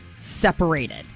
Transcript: separated